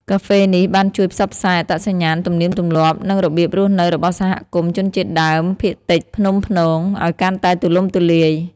កាហ្វេនេះបានជួយ ផ្សព្វផ្សាយអត្តសញ្ញាណ ទំនៀមទម្លាប់ និងរបៀបរស់នៅរបស់សហគមន៍ជនជាតិដើមភាគតិចភ្នំព្នង ឱ្យកាន់តែទូលំទូលាយ។